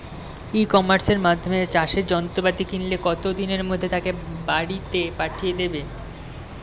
ই কমার্সের মাধ্যমে চাষের যন্ত্রপাতি কিনলে কত দিনের মধ্যে তাকে বাড়ীতে পাঠিয়ে দেবে?